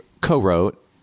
co-wrote